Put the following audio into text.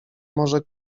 może